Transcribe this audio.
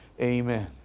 Amen